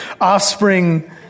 Offspring